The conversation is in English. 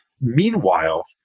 Meanwhile